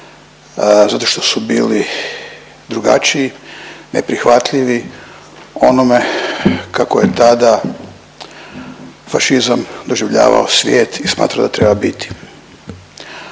zato što su bili drugačiji, neprihvatljivi onome kako je tada fašizam doživljavao svijet i smatrao da treba biti.